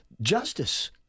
justice